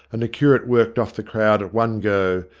and the curate worked off the crowd at one go,